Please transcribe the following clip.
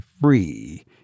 free